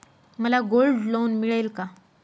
मला gold loan मिळेल का?